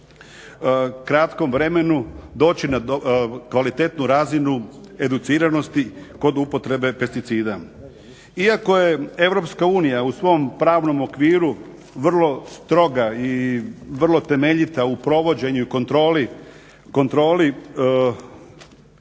kratkom vremenu doći na kvalitetnu razinu educiranosti kod upotrebe pesticida. Iako je EU u svom pravnom okviru vrlo stroga i vrlo temeljita u provođenju i i kontroli